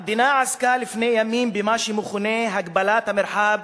המדינה עסקה לפני ימים במה שמכונה "הגבלת המרחב